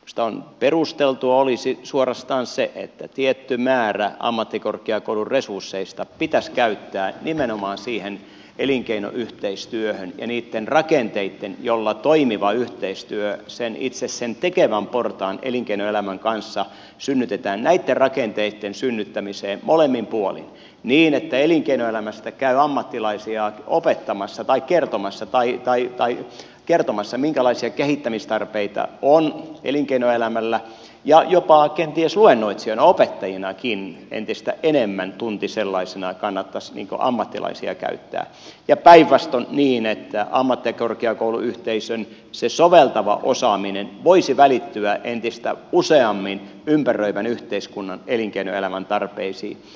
minusta perusteltua olisi suorastaan se että tietty määrä ammattikorkeakoulun resursseista pitäisi käyttää nimenomaan siihen elinkeinoyhteistyöhön ja niitten rakenteitten synnyttämiseen joilla toimiva yhteistyö itse sen tekevän portaan elinkeinoelämän kanssa synnytetään molemmin puolin niin että elinkeinoelämästä käy ammattilaisia opettamassa tai kertomassa minkälaisia kehittämistarpeita on elinkeinoelämällä ja jopa kenties luennoitsijoina opettajinakin entistä enemmän tuntisellaisina kannattaisi ammattilaisia käyttää ja päinvastoin niin että ammattikorkeakouluyhteisön se soveltava osaaminen voisi välittyä entistä useammin ympäröivän yhteiskunnan elinkeinoelämän tarpeisiin